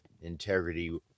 Integrity